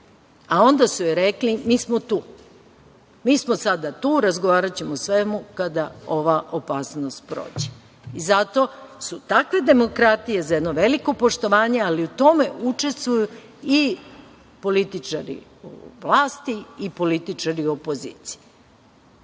A onda su joj rekli - mi smo tu. Mi smo sada tu, razgovaraćemo o svemu kada ova opasnost prođe. Takve demokratije su za jedno veliko poštovanje, ali u tome učestvuju i političari vlasti i političari opozicije.